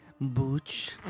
Booch